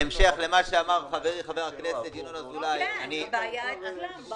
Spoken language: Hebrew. בהמשך למה שאמר חברי חבר הכנסת ינון אזולאי --- הבעיה אצלם,